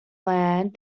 land